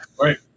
Right